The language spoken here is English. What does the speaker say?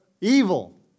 evil